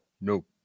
Nope